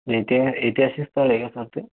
इथे ऐतिहासिक स्थळं आहे का सर ते